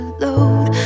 load